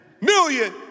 million